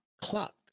clock